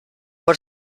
por